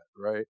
right